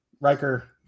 Riker